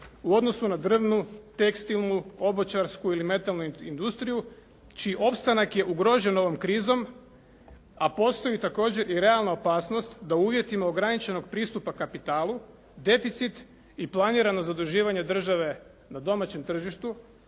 u odnosu na drvnu, tekstilnu, obućarsku ili metalnu industriju čiji opstanak je ugrožen ovom krizom, a postoji također i realna opasnost da u uvjetima ograničenog pristupa kapitalu deficit i planirano zaduživanje države na domaćem tržištu